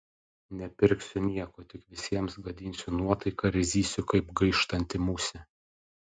nepirksiu nieko tik visiems gadinsiu nuotaiką ir zysiu kaip gaištanti musė